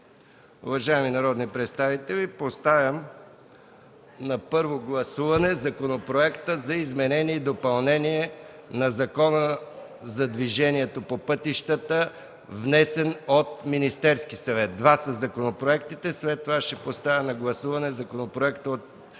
Уважаеми народни представители, поставям на първо гласуване Законопроекта за изменение и допълнение на Закона за движението по пътищата, внесен от Министерския съвет. Законопроектите са два, след това ще поставя на гласуване законопроекта, внесен от